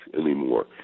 anymore